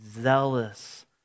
zealous